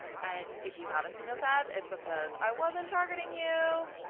and if you haven't seen those ads, it's because i wasn't targeting you.